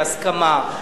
בהסכמה.